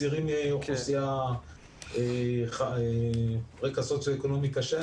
צעירים מאוכלוסייה של רקע סוציו-אקונומי קשה,